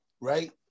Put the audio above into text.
right